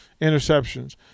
interceptions